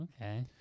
Okay